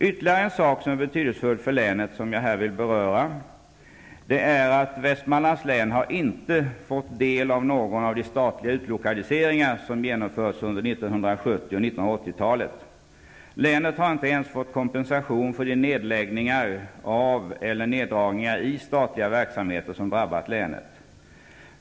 Ytterligare en sak som är betydelsefull för länet, och som jag här vill beröra, är att Västmanlands län inte har fått del av någon av de statliga utlokaliseringar som har genomförts under 1970 och 1980-talen. Länet har inte ens fått kompensation för de nedläggningar av eller neddragningar i statliga verksamheter som har drabbat länet.